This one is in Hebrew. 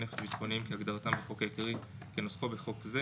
נפץ ביטחוניים כהגדרתם בחוק העיקרי כנוסחו בחוק זה